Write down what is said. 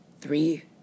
three